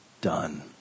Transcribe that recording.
done